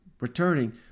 returning